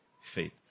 faith